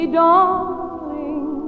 darling